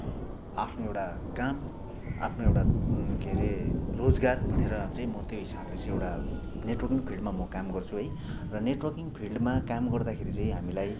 आफ्नो एउटा काम आफ्नो एउटा के अरे रोजगार भनेर चाहिँ म त्यो हिसाबले चाहिँ एउटा नेटवर्किङ फिल्डमा म काम गर्छु है र नेटवर्किङ फिल्डमा काम गर्दाखेरि चाहिँ हामीलाई